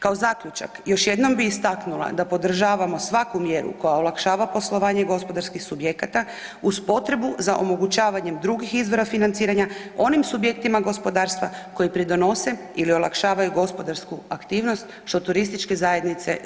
Kao zaključak, još jednom bih istaknula da podržavamo svaku mjeru koja olakšava poslovanje gospodarskih subjekata uz potrebu za omogućavanjem drugih izvora financiranja onim subjektima gospodarstva koji pridonose ili olakšavaju gospodarsku aktivnost što TZ zasigurno jesu.